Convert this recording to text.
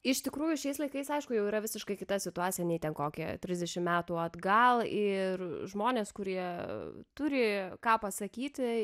iš tikrųjų šiais laikais aišku jau yra visiškai kita situacija nei ten kokie trisdešim metų atgal ir žmonės kurie turi ką pasakyti